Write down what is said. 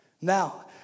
Now